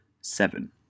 seven